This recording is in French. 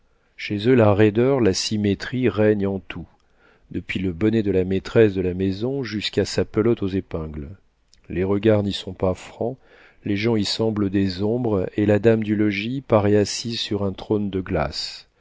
chez eux la raideur la symétrie règnent en tout depuis le bonnet de la maîtresse de la maison jusqu'à sa pelote aux épingles les regards n'y sont pas francs les gens y semblent des ombres et la dame du logis paraît assise sur un trône de glace